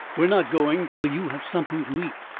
we are not going till you have something to eat.